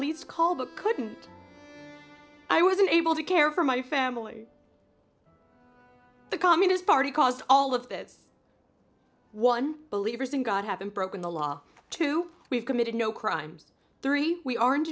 least call that couldn't i was unable to care for my family the communist party caused all of this one believers in god have been broken the law to we've committed no crimes three we aren't